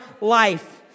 life